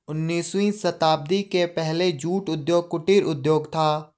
उन्नीसवीं शताब्दी के पहले जूट उद्योग कुटीर उद्योग था